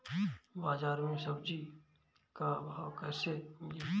बाजार मे सब्जी क भाव कैसे मिली?